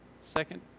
Second